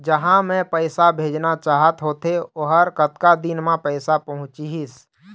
जहां मैं पैसा भेजना चाहत होथे ओहर कतका दिन मा पैसा पहुंचिस?